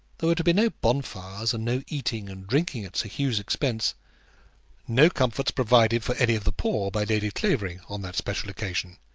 there were to be no bonfires, and no eating and drinking at sir hugh's expense no comforts provided for any of the poor by lady clavering on that special occasion.